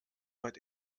hört